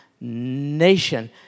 nation